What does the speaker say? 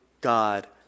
God